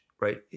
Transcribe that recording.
right